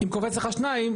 אם קופץ לך שניים,